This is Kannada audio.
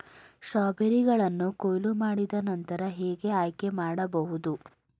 ಸ್ಟ್ರಾಬೆರಿಗಳನ್ನು ಕೊಯ್ಲು ಮಾಡಿದ ನಂತರ ಹೇಗೆ ಆಯ್ಕೆ ಮಾಡಬಹುದು?